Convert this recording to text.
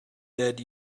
dead